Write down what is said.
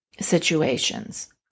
situations